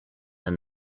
and